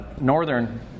northern